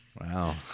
Wow